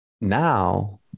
now